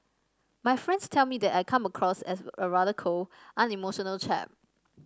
my friends tell me that I come across as a rather cold unemotional chap